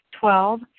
Twelve